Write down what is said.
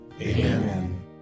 Amen